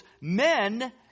men